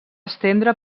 estendre